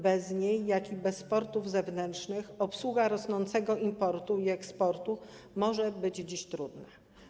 Bez niej, jak i bez portów zewnętrznych obsługa rosnącego importu i eksportu może być dziś trudna.